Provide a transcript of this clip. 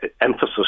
emphasis